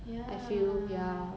ya